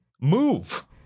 Move